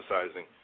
emphasizing